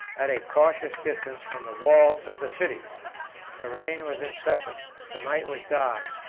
at a cautious distance from the walls of the cities the rain was incessant, the night was dark,